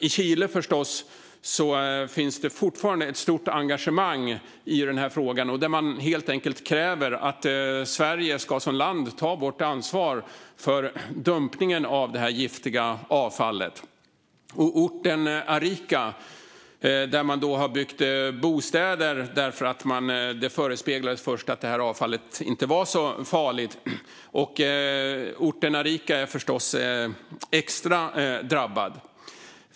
I Chile finns det förstås fortfarande ett stort engagemang i frågan. Man kräver att Sverige som land tar sitt ansvar för dumpningen av det giftiga avfallet. Orten Arica, där man har byggt bostäder därför att det först förespeglades att avfallet inte var så farligt, är förstås extra drabbad.